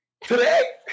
Today